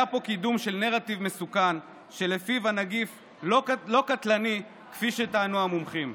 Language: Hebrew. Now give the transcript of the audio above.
היה פה קידום של נרטיב מסוכן שלפיו הנגיף לא קטלני כפי שטענו המומחים.